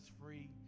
free